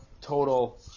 total